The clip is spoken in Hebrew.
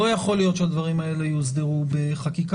לא יכול להיות שהדברים האלה יוסדרו בחקיקה,